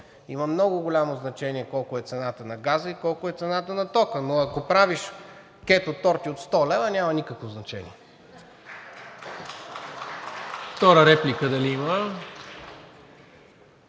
има много голямо значение колко е цената на газа и колко е цената на тока, но ако правиш кетоторти от 100 лв., няма никакво значение.